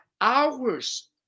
hours